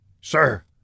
Sir